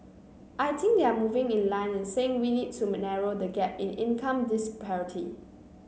I think they are moving in line and saying we need to narrow the gap in income disparity